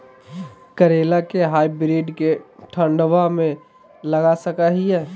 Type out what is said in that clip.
करेला के हाइब्रिड के ठंडवा मे लगा सकय हैय?